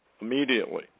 Immediately